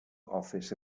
office